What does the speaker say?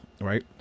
right